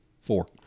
Four